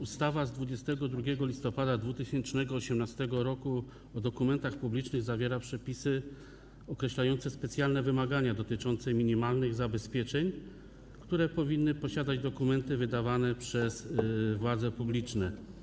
Ustawa z dnia 22 listopada 2018 r. o dokumentach publicznych zawiera przepisy określające specjalne wymagania dotyczące minimalnych zabezpieczeń, jakie powinny posiadać dokumenty wydawane przez władze publiczne.